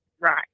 Right